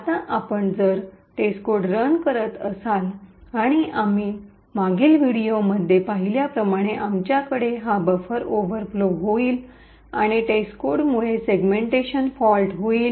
आता आपण जर टेस्टकोड रन करत असाल आणि आम्ही मागील व्हिडिओमध्ये पाहिल्याप्रमाणे आमच्याकडे हा बफर ओव्हरफ्लो होईल आणि टेस्टकोडमुळे सेगमेंटेशन फॉल्ट होईल